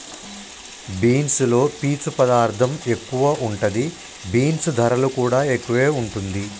beans లో పీచు పదార్ధం ఎక్కువ ఉంటది, బీన్స్ ధరలు కూడా ఎక్కువే వుంటుంది